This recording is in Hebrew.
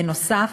בנוסף,